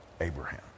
Abraham